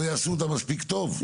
לא יעשו אותה מספיק טוב?